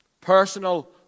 Personal